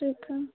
ठीक है